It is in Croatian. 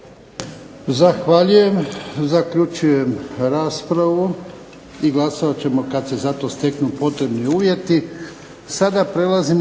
Zahvaljujem. Zaključujem raspravu. I glasovat ćemo kad se za to steknu potrebni uvjeti.